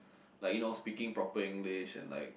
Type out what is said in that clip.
like you know speaking proper English and like